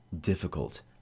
difficult